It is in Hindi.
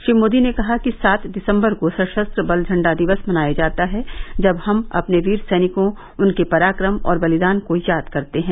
श्री मोदी ने कहा कि सात दिसम्बर को सशस्त्र बल झण्डा दिवस मनाया जाता है जब हम अपने वीर सैनिकों उनके पराक्रम और बलिदान को याद करते हैं